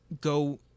go